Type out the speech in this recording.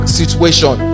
situation